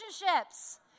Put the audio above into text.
relationships